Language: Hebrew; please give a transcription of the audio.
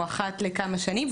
או אחת לכמה שנים,